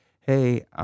hey